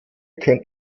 könnt